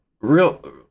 real